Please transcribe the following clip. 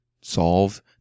solve